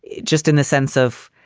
just in the sense of.